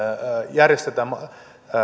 järjestetään